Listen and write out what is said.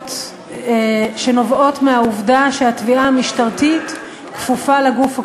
שנובעות מהעובדה שהתביעה המשטרתית כפופה לגוף החוקר,